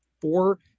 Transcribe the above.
four